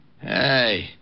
Hey